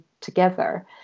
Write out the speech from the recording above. together